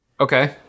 Okay